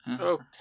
Okay